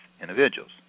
individuals